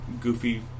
goofy